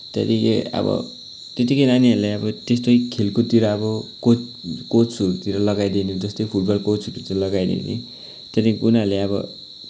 त्यहाँदेखि अब त्यतिकै नानीहरूलाई अब त्यस्तै खेलकुदतिर अब कोच कोचहरूतिर लगाइदिए भने जस्तै फुटबल कोचहरूतिर लगाइदिए भने त्यहाँदेखि उनीहरूले अब